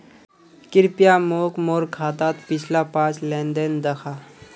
कृप्या मोक मोर खातात पिछला पाँच लेन देन दखा